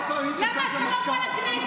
למה אתה לא בא לכנסת?